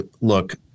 look